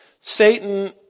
Satan